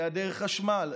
בהיעדר חשמל,